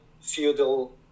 feudal